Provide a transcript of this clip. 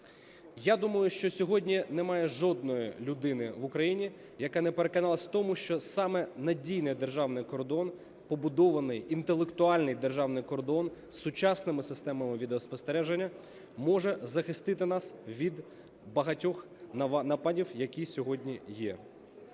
Я думаю, що сьогодні немає жодної людини в Україні, яка не переконалась в тому, що саме надійний державний кордон, побудований інтелектуальний державний кордон з сучасними системами відеоспостереженнями може захистити нас від багатьох нападів, які сьогодні є.